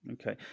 Okay